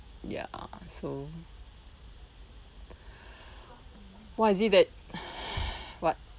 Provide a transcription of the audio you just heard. ya so what is it that what